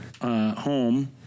home